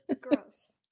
gross